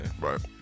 Right